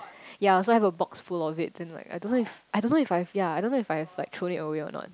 ya so I have a box full of it then like I don't know if I don't know if I've ya I don't know if I've like thrown it away or not